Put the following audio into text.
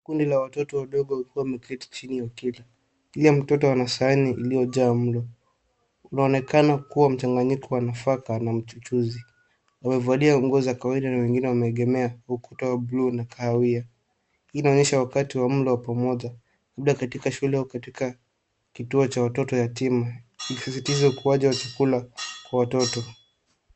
Kundi la watoto wadogo wakiwa wameketi chini wakila. Kila mtoto ana sahani iliyojaa mlo. Unaonekana kuwa mchanganyiko wa nafaka na mchuuzi. Wamevalia nguo za kawaida na wengine wameegemea ukuta wa buluu na kahawia. Hii inaonyesha wakati wa mlo wa pamoja labda katika shule au katika kituo cha watoto yatima ikisisitiza ukulaji wa chakula kwa watoto.